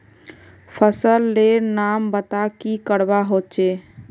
फसल लेर नाम बता की करवा होचे?